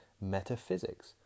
metaphysics